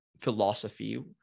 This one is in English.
philosophy